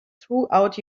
throughout